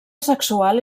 sexual